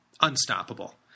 unstoppable